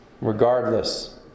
regardless